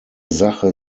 sache